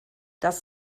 das